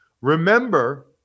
remember